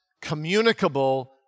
communicable